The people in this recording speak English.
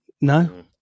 No